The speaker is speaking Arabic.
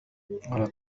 ألا